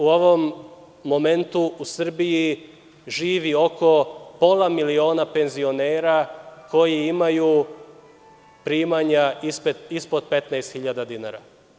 U ovom momentu u Srbiji živo oko pola miliona penzionera koji imaju primanja ispod 15.000 dinara.